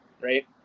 Right